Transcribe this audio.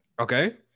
Okay